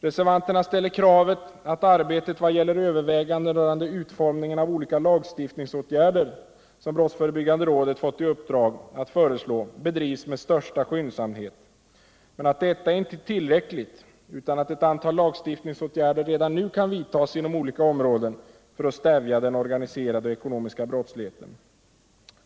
Reservanterna ställer kravet att arbetet när det gäller överväganden rörande utformningen av olika lagstiftningsåtgärder som brottsförebyggande rådet fått i uppdrag att föreslå bedrivs med största skyndsamhet men säger att detta inte är tillräckligt utan att ett antal lagstiftningsåtgärder redan nu kan vidtas inom olika områden för att stävja den organiserade och ekonomiska brottsligheten.